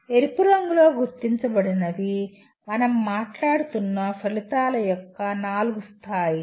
ఎరుపు రంగులో గుర్తించబడినవి మనం మాట్లాడుతున్న ఫలితాల యొక్క నాలుగు స్థాయిలు